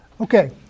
Okay